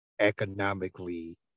economically